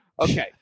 Okay